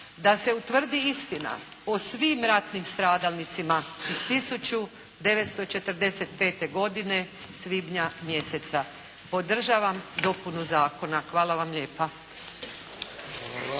da se utvrdi istina o svim ratnim stradalnicima iz 1945. godine svibnja mjeseca. Podržavam dopunu zakona. Hvala vam lijepa.